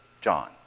John